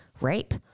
rape